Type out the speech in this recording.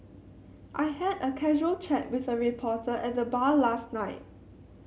I had a casual chat with a reporter at the bar last night